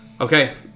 Okay